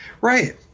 Right